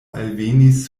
alvenis